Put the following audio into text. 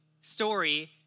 story